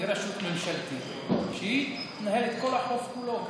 תהיה רשות ממשלתית שתנהל את כל החוף כולו.